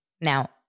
Now